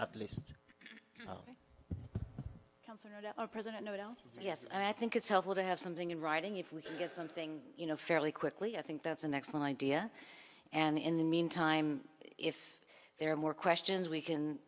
least our president oh yes i think it's helpful to have something in writing if we get something you know fairly quickly i think that's an excellent idea and in the meantime if there are more questions we can